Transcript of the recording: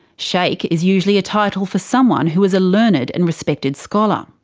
sheikh is usually a title for someone who is a learned and respected scholar.